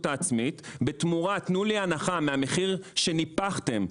העצמית בתמורה שתיתנו לי הנחה מהמחיר שניפחתם,